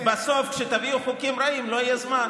שבסוף, כשתביאו חוקים רעים, לא יהיה זמן.